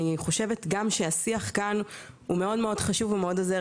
אני חושבת גם שהשיח כאן הוא מאוד מאוד חשוב ומאוד עוזר